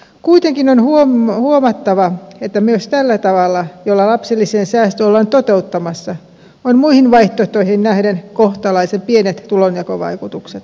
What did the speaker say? kuitenkin on huomattava että myös tällä tavalla jolla lapsilisien säästö ollaan toteuttamassa on muihin vaihtoehtoihin nähden kohtalaisen pienet tulonjakovaikutukset